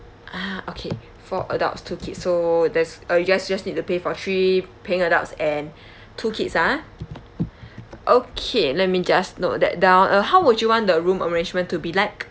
ah okay four adults two kids so there's uh you guys just need to pay for three paying adults and two kids ah okay let me just note that down uh how would you want the room arrangement to be like